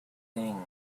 thing